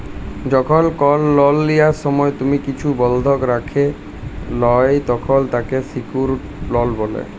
যখল কল লন লিয়ার সময় তুমি কিছু বনধক রাখে ল্যয় তখল তাকে স্যিক্যুরড লন বলে